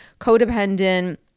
codependent